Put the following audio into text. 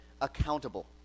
accountable